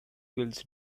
pills